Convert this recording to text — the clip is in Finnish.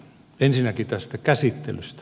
ensinnäkin tästä käsittelystä